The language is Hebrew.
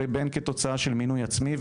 ובין כתוצאה של מינוי עצמי,